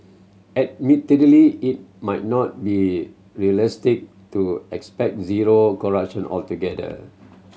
admittedly it might not be realistic to expect zero altogether